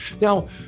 Now